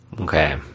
okay